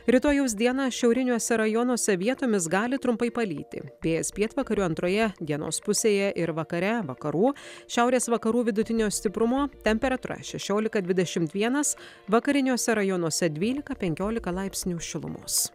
rytojaus dieną šiauriniuose rajonuose vietomis gali trumpai palyti vėjas pietvakarių antroje dienos pusėje ir vakare vakarų šiaurės vakarų vidutinio stiprumo temperatūra šešiolika dvidešimt vienas vakariniuose rajonuose dvylika penkiolika laipsnių šilumos